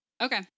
okay